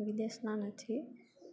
વિદેશના નથી